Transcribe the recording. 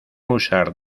usar